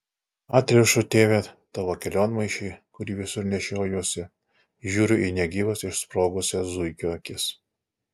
atrišu tėve tavo kelionmaišį kurį visur nešiojuosi žiūriu į negyvas išsprogusias zuikio akis